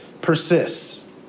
persists